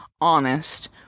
honest